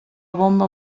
bomba